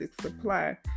supply